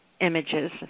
images